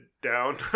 down